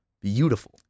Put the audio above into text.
beautiful